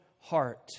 heart